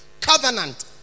Covenant